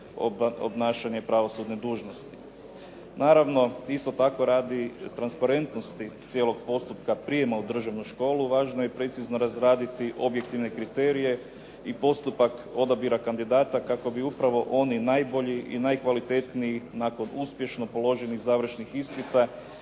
obnašanje pravosudne dužnosti. Naravno, isto tako radi transparentnosti cijelog postupka prijema u državnu školu važno je precizno razraditi objektivne kriterije i postupak odabira kandidata kako bi upravo oni najbolji i najkvalitetniji nakon uspješno položenih završnih ispita